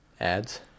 Ads